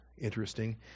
interesting